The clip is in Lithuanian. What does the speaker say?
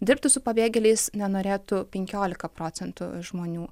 dirbti su pabėgėliais nenorėtų penkiolika procentų žmonių